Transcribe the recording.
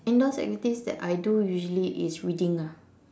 indoors activities that I do usually is reading ah